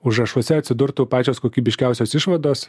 užrašuose atsidurtų pačios kokybiškiausios išvados